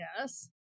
Yes